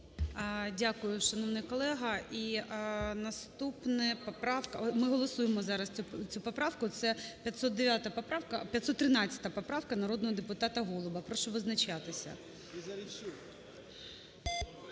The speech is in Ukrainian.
поправка. Ми голосуємо зараз цю поправку, це 509 поправка. 513 поправка народного депутата Голуба. Прошу визначатися.